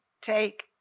take